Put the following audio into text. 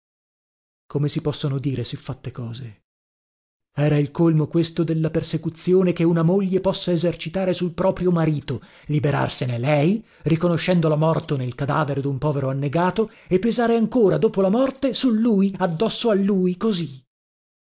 come si possono dire siffatte cose era il colmo questo della persecuzione che una moglie possa esercitare sul proprio marito liberarsene lei riconoscendolo morto nel cadavere dun povero annegato e pesare ancora dopo la morte su lui addosso a lui così